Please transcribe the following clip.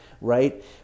right